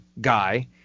guy